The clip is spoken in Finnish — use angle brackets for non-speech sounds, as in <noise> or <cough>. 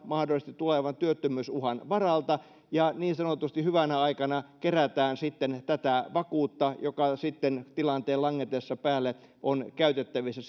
mahdollisesti tulevan työttömyysuhan varalta ja niin sanotusti hyvänä aikana kerätään tätä vakuutta joka sitten tilanteen langetessa päälle on käytettävissä <unintelligible>